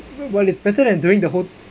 well it's better than doing the whole